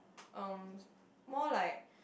um more like